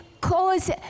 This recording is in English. cause